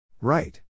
Right